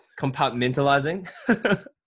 Compartmentalizing